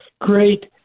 great